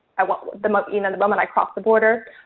the moment you know the moment i crossed the border,